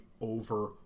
over